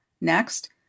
Next